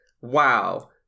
wow